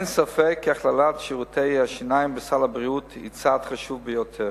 אין ספק כי הכללת שירותי השיניים בסל הבריאות היא צעד חשוב ביותר.